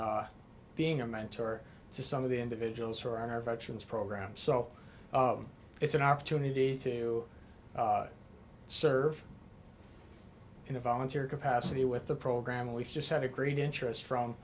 being a mentor to some of the individuals who are on our veterans program so it's an opportunity to serve in a volunteer capacity with the program we've just had a great interest from